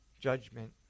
judgment